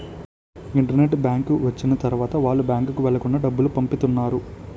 internet bank వచ్చిన తర్వాత వాళ్ళు బ్యాంకుకు వెళ్లకుండా డబ్బులు పంపిత్తన్నారు